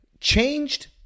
changed